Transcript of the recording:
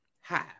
hi